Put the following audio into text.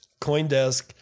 CoinDesk